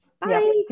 Bye